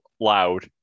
loud